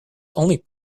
only